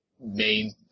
main